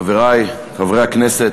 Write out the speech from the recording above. אדוני היושב-ראש, חברי חברי הכנסת,